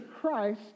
Christ